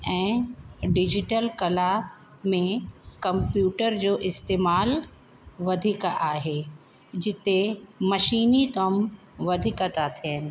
ऐं डिजिटल कला में कंप्यूटर जो इस्तेमालु वधीक आहे जिते मशीनी कम वधीक था थियनि